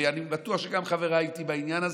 ואני בטוח שגם חבריי איתי בעניין הזה: